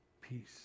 peace